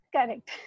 Correct